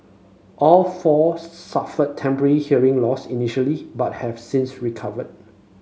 all four suffered temporary hearing loss initially but have since recovered